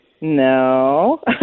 no